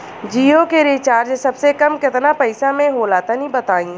जियो के रिचार्ज सबसे कम केतना पईसा म होला तनि बताई?